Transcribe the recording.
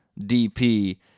DP